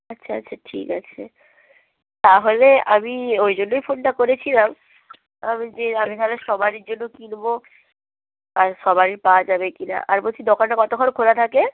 আচ্ছা আচ্ছা ঠিক আছে তাহলে আমি ওই জন্যই ফোনটা করেছিলাম আমি দিয়ে আমি তাহলে সবারির জন্য কিনবো আর সবারই পাওয়া যাবে কি না আর বলছি দোকানটা কতখন খোলা থাকে